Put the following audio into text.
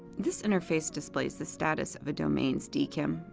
this interface displays the status of a domain's dkim,